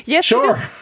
sure